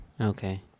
Okay